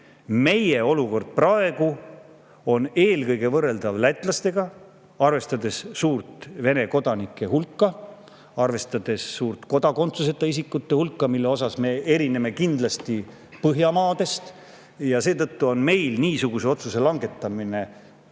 meie olukord on eelkõige võrreldav lätlaste olukorraga, arvestades suurt Vene kodanike hulka, arvestades suurt kodakondsuseta isikute hulka, mille poolest me kindlasti erineme Põhjamaadest. Seetõttu on meil niisuguse otsuse langetamine